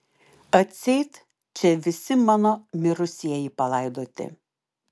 atseit čia visi mano mirusieji palaidoti